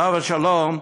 עליו השלום,